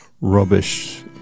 rubbish